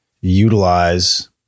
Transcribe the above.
utilize